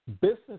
business